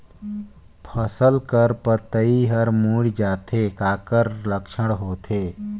फसल कर पतइ हर मुड़ जाथे काकर लक्षण होथे?